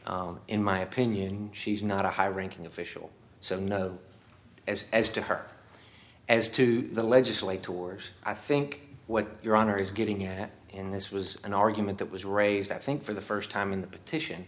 in my opinion she's not a high ranking official so no as as to her as to the legislate toward i think what your honor is getting at in this was an argument that was raised i think for the first time in the petition